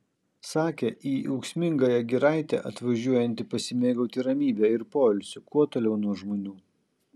sakė į ūksmingąją giraitę atvažiuojanti pasimėgauti ramybe ir poilsiu kuo toliau nuo žmonių